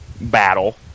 battle